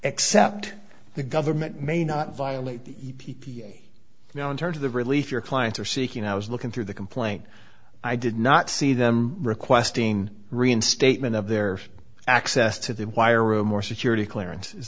except the government may not violate the e p a now in terms of the release your clients are seeking i was looking through the complaint i did not see them requesting reinstatement of their access to the wire room or security clearance is